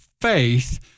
faith